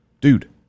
Dude